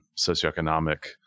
socioeconomic